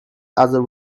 other